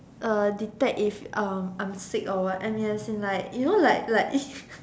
uh detect if um I'm sick or what I mean as in like you know like like